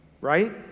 right